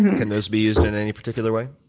and can those be used in any particular way?